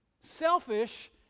Selfish